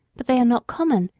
but they are not common,